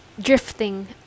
drifting